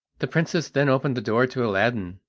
the princess then opened the door to aladdin,